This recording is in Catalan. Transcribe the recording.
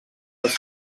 els